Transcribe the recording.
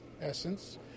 essence